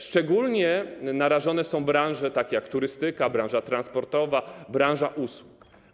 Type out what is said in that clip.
Szczególnie narażone są branże takie jak turystyka, branża transportowa, branża usług.